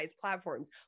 platforms